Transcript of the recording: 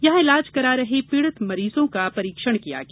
यहां इलाज करा रहे पीड़ित मरीजों का परीक्षण किया गया